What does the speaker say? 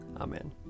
Amen